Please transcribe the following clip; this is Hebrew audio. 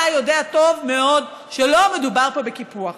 אתה יודע טוב מאוד שלא מדובר פה בקיפוח.